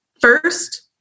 first